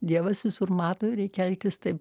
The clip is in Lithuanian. dievas visur mato reikia elgtis taip